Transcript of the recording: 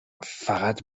فقط